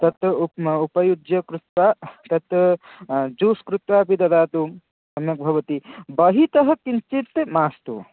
तत्तु उ म उपयुज्य कृत्वा तत्तु ज्यूस् कृत्वा अपि ददातु सम्यक् भवति बहिः तः किञ्चित् मास्तु